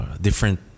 different